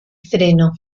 freno